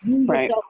Right